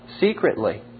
secretly